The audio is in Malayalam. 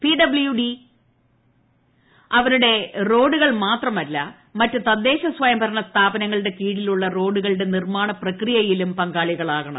പിഡബ്യൂഡി അവരുടെ റോഡുകൾ മാത്രമല്ല മറ്റ് തദ്ദേശസ്വയംഭരണ സ്ഥാപനങ്ങളുടെ കീഴിലുളള റോഡുകളുടെ നിർമ്മാണ പ്രകിയയിലും പങ്കാളികളാകണം